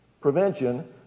prevention